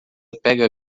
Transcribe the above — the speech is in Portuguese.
pega